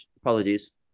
Apologies